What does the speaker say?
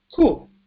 Cool